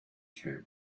camp